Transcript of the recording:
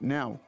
Now